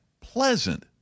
pleasant